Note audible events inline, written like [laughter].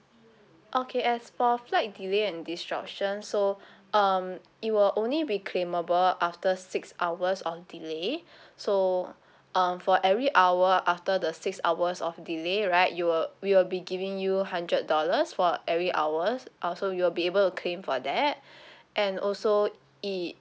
okay as for flight delay and disruption so [breath] um it will only claimable after six hours of delay [breath] so um for every hour after the six hours of delay right you will we will be giving you hundred dollars for every hours also you'll be able to claim for that [breath] and also it